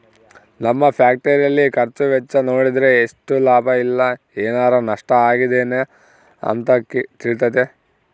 ನಮ್ಮ ಫ್ಯಾಕ್ಟರಿಯ ಖರ್ಚು ವೆಚ್ಚ ನೋಡಿದ್ರೆ ಎಷ್ಟು ಲಾಭ ಇಲ್ಲ ಏನಾರಾ ನಷ್ಟ ಆಗಿದೆನ ಅಂತ ತಿಳಿತತೆ